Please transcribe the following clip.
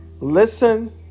Listen